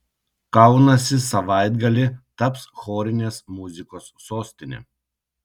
kaunasi savaitgalį taps chorinės muzikos sostine